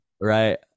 right